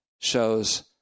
shows